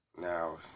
Now